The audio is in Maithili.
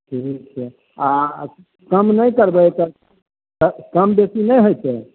ठीक छै आ कम नहि करबै तऽ कम बेसी नहि होइ छै